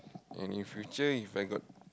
and in future If I got